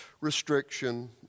restriction